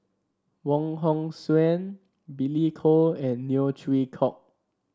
Wong Hong Suen Billy Koh and Neo Chwee Kok